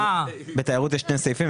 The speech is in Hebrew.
בתיירות יש שני סעיפים.